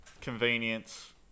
convenience